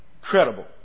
credible